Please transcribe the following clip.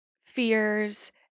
fears